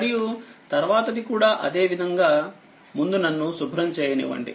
మరియు తరువాతది కూడా అదేవిధంగా ముందు నన్ను శుభ్రం చేయనివ్వండి